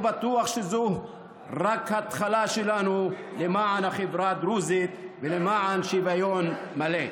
אני בטוח שזו רק ההתחלה שלנו למען החברה הדרוזית ולמען שוויון מלא.